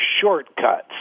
shortcuts